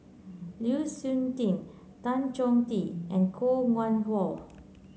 Lu Suitin Tan Choh Tee and Koh Nguang How